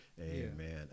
Amen